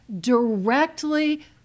directly